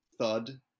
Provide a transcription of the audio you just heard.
thud